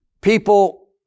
People